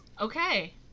Okay